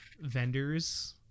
vendors